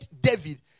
David